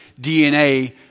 DNA